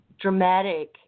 dramatic